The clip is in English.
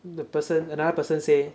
the person another person say